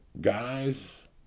Guys